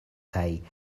kaj